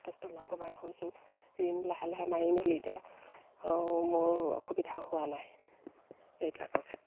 যথেষ্ট লাভৱান হৈছোঁ ঋণ লাহে লাহে মাৰি মেলি এতিয়া মোৰ অসুবিধা হোৱা নাই এইবিলাকৰ ক্ষেত্ৰত